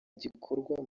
gikorwa